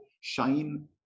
shine